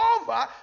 over